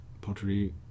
pottery